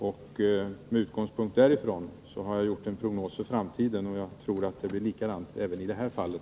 Med den utgångspunkten har jag gjort en prognos för framtiden, och jag tror, herr talman, att det blir likadant även i det här fallet.